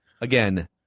Again